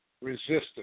Resistance